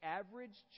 average